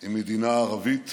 עם מדינה ערבית